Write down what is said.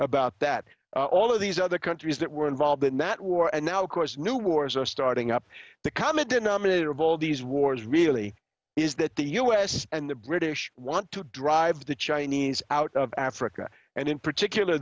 about that all of these other countries that were involved in that war and now of course new wars are starting up the common denominator of all these wars really is that the u s and the british want to drive the chinese out of africa and in particular